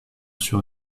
sur